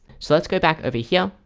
so let's go back over here.